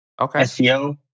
SEO